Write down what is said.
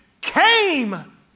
came